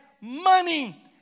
money